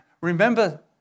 Remember